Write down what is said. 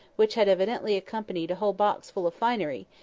which had evidently accompanied a whole box full of finery,